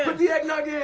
but the eggnog yeah